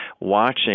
watching